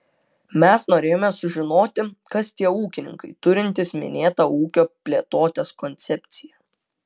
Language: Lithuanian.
mes norėjome sužinoti kas tie ūkininkai turintys minėtą ūkio plėtotės koncepciją